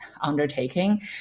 undertaking